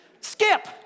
Skip